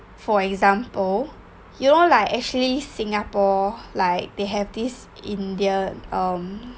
for example you know like actually singapore like they have this indian um